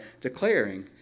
declaring